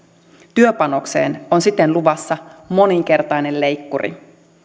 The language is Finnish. työpanokseen on siten luvassa moninkertainen leikkuri